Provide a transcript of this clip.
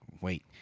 Wait